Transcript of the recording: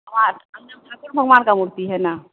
हाँ भगवान का मूर्ति है ना